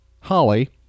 Holly